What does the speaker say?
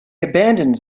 abandons